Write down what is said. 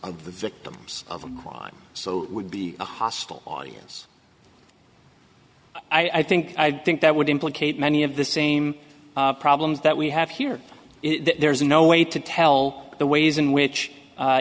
of the victims of crime so would be a hostile audience i think i think that would implicate many of the same problems that we have here there's no way to tell the ways in which